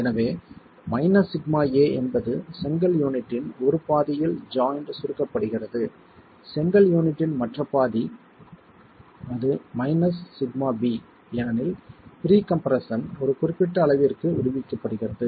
எனவே σa என்பது செங்கல் யூனிட்டின் ஒரு பாதியில் ஜாய்ண்ட் சுருக்கப்படுகிறது செங்கல் யூனிட்டின் மற்ற பாதி அது σb ஏனெனில் ப்ரீ கம்ப்ரெஸ்ஸன் ஒரு குறிப்பிட்ட அளவிற்கு விடுவிக்கப்படுகிறது